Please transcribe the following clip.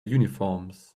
uniforms